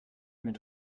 mit